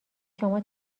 شما